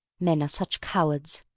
men are such cowards.